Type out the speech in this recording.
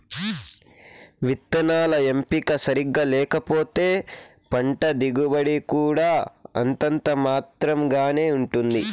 విత్తనాల ఎంపిక సరిగ్గా లేకపోతే పంట దిగుబడి కూడా అంతంత మాత్రం గానే ఉంటుంది